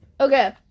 Okay